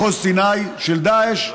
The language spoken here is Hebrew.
מחוז סיני של דאעש,